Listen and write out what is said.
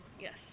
Yes